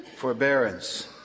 Forbearance